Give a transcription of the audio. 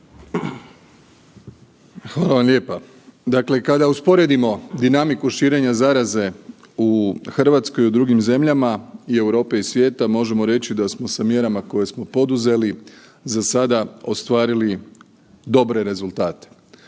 Hvala vam lijepa. Dakle, kada usporedimo dinamiku širenja zaraze u RH i u drugim zemljama i Europe i svijeta, možemo reći da smo sa mjerama koje smo poduzeli za sada ostvarili dobre rezultate.